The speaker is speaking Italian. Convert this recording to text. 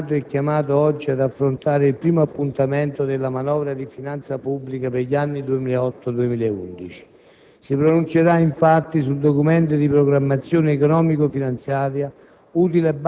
Signor Presidente, colleghi, il Senato è chiamato oggi ad affrontare il primo appuntamento della manovra di finanza pubblica per gli anni 2008-2011.